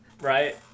right